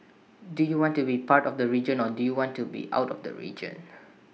do you want to be part of the region or do you want to be out of the region